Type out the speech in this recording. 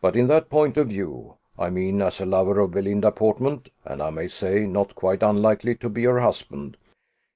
but in that point of view i mean as a lover of belinda portman, and i may say, not quite unlikely to be her husband